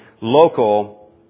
local